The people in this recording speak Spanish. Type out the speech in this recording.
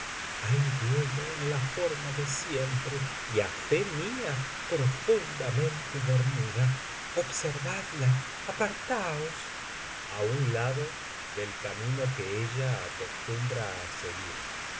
ahí viene en la forma de siempre y á fe mía profundamente dormida observadla apartaos a un lado del camino que ella acostumbra á seguir